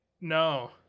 no